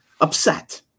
upset